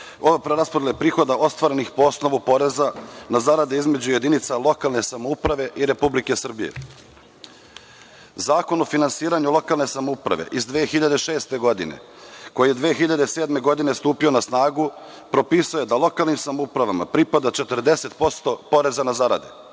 preraspodele prihoda ostvarenih po osnovu poreza na zarade između jedinica lokalne samouprave i Republike Srbije. Zakon o finansiranju lokalne samouprave iz 2006. godine koji je 2007. godine stupio na snagu propisao je da lokalnim samoupravama pripada 40% poreza na zarade. Zakon